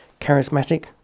charismatic